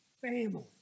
family